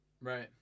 right